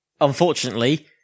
Unfortunately